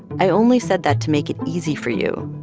i only said that to make it easy for you.